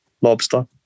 Lobster